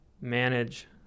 manage